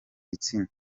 gitsina